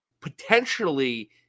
potentially